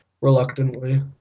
reluctantly